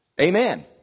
Amen